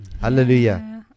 Hallelujah